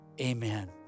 amen